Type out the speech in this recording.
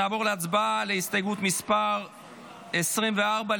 נעבור להצבעה על הסתייגות 24,